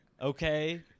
okay